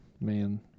man